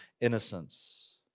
innocence